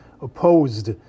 opposed